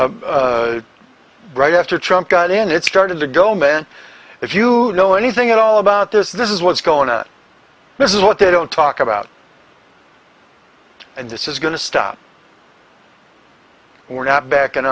right after trump got in it started to go man if you know anything at all about this this is what's going to this is what they don't talk about and this is going to stop we're not backing